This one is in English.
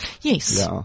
Yes